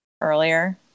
earlier